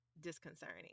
disconcerting